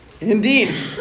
Indeed